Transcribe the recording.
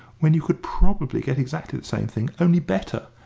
when you could probably get exactly the same thing, only better,